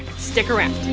stick around.